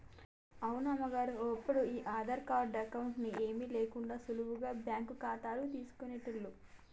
అవును అమ్మగారు ఒప్పుడు ఈ ఆధార్ కార్డు అకౌంట్ అని ఏమీ లేకుండా సులువుగా బ్యాంకు ఖాతాలు తీసుకునేటోళ్లు